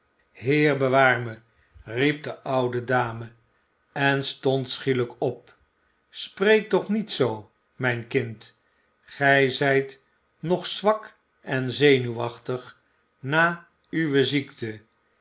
heer bewaar me riep de oude dame en stond schielijk op spreek toch niet zoo mijn kind gij zijt nog zwak en zenuwachtig na uwe ziekte